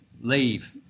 leave